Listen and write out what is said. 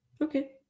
Okay